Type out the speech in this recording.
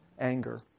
anger